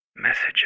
Messages